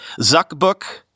Zuckbook